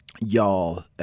Y'all